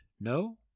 No